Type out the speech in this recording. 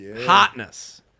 Hotness